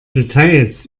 details